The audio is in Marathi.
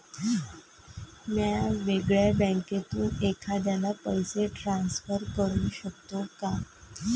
म्या वेगळ्या बँकेतून एखाद्याला पैसे ट्रान्सफर करू शकतो का?